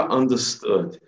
understood